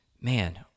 man